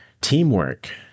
teamwork